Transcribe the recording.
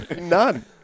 None